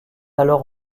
alors